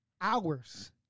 hours